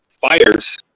fires